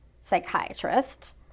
psychiatrist